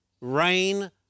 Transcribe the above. rain